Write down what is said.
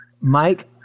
mike